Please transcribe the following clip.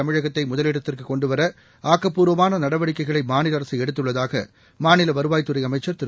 தமிழகத்தைமுதலிடத்திற்குகொண்டுவரஆக்கபூர்வமானநடவடிக்கைகளைமாநிலஅரசுஎடுத்துள்ளதாகமாநிலவருவாய்த்துறை றஅமைச்சர் திரு